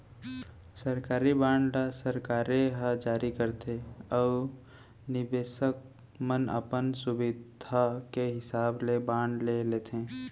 सरकारी बांड ल सरकारे ह जारी करथे अउ निबेसक मन अपन सुभीता के हिसाब ले बांड ले लेथें